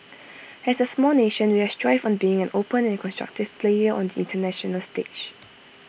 as A small nation we have thrived on being an open and constructive player on the International stage